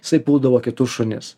jisai puldavo kitus šunis